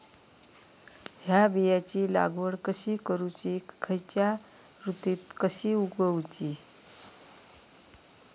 हया बियाची लागवड कशी करूची खैयच्य ऋतुत कशी उगउची?